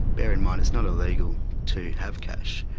bear in mind it's not illegal to have cash.